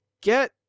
get